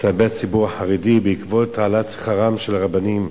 כלפי הציבור החרדי, בעקבות העלאת שכרם של הרבנים,